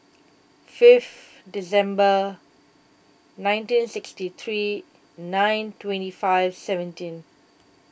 fifth December nineteen sixty three nine twenty five seventeen